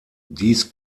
dies